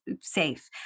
safe